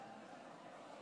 יושב,